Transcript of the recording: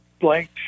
blank